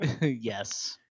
Yes